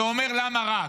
ואומר: למה רק?